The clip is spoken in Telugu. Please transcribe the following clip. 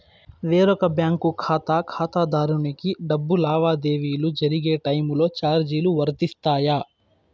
వేరొక బ్యాంకు ఖాతా ఖాతాదారునికి డబ్బు లావాదేవీలు జరిగే టైములో చార్జీలు వర్తిస్తాయా?